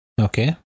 Okay